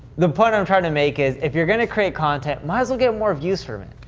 the point i'm trying to make is, if you're going to create content, might as well get more views from it.